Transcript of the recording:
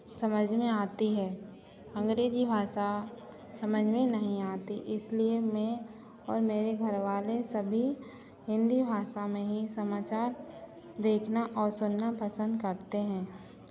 समझ में आती है अंग्रेजी भाषा समझ में नहीं आती इसलिए मैं और मेरे घर वाले सभी हिंदी भाषा में ही समाचार देखना और सुनना पसंद करते हैं